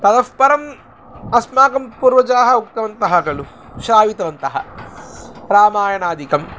ततः परम् अस्माकं पूर्वजाः उक्तवन्तः खलु श्रावितवन्तः रामायणादिकम्